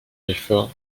l’effort